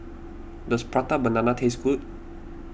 does Prata Banana taste good